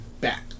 Back